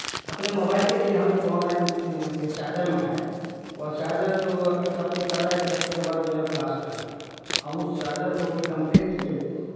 अपने मोबाइल के लिए हम एक ऑनलाइन से चार्जर मंगाए वह चार्जर जो एक हफ्ते चला एक हफ्ते के बाद जो है ब्लास्ट कर गया हम उस चार्जर को फिर कंप्लेंट किए